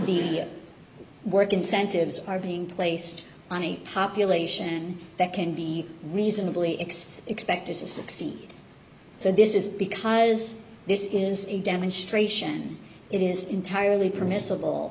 the work incentives are being placed on a population that can be reasonably x expected to succeed so this is because this is a demonstration it is entirely permissible